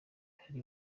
hari